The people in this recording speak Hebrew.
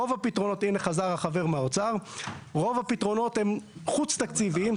רוב הפתרונות הם חוץ-תקציביים,